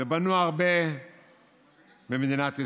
בנו הרבה במדינת ישראל.